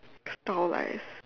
stylised